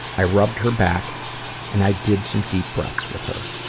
i rubbed her back and i did some deep breaths with her.